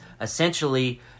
essentially